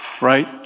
right